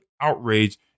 outrage